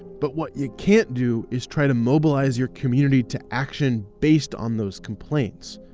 but what you can't do is try to mobilize your community to action based on those complaints.